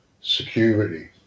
security